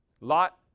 Lot